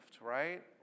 right